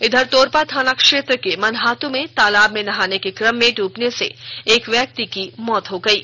इधर तोरपा थाना क्षेत्र के मनहातू में तालाब में नहाने के क्रम में डूबने से एक व्यक्ति की मौत हो गयी